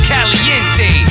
Caliente